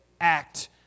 act